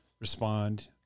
respond